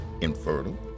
infertile